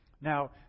Now